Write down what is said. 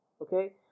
okay